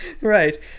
Right